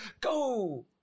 go